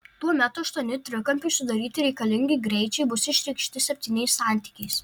tuomet aštuoni trikampiui sudaryti reikalingi greičiai bus išreikšti septyniais santykiais